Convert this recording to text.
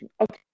Okay